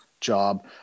job